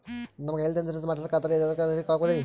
ನಮಗ health insurance ಮಾಡಸ್ಲಾಕ ಅದರಿ ಅದಕ್ಕ ಅರ್ಜಿ ಹಾಕಬಕೇನ್ರಿ?